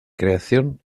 creación